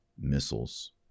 missiles